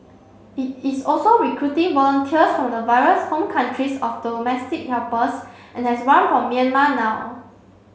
it is also recruiting volunteers from the various home countries of domestic helpers and has one from Myanmar now